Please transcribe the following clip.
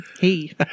Hey